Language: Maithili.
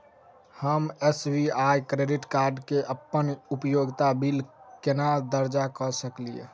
हम एस.बी.आई क्रेडिट कार्ड मे अप्पन उपयोगिता बिल केना दर्ज करऽ सकलिये?